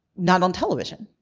not on television.